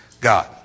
God